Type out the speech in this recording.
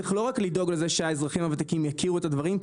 צריך לא רק לדאוג לזה שהאזרחים הוותיקים יכירו את הדברים,